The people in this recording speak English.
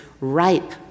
ripe